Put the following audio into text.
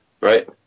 right